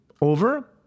over